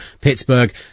Pittsburgh